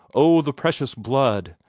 oh, the precious blood!